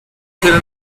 será